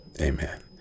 Amen